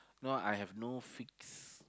no I have no fix